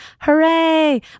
hooray